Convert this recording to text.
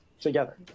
together